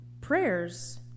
prayers